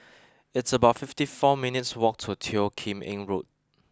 it's about fifty four minutes' walk to Teo Kim Eng Road